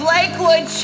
Lakewood